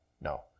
No